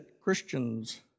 Christians